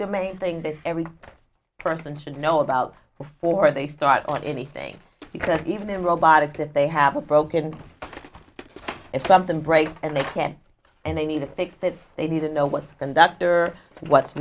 their main thing that every person should know about before they start on anything because even in robotics if they have a broken if something breaks and they can't and they need to fix that they need to know what's a conductor and what's